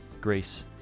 Grace